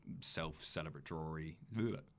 self-celebratory